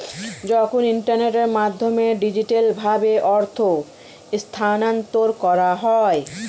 যখন ইন্টারনেটের মাধ্যমে ডিজিটালভাবে অর্থ স্থানান্তর করা হয়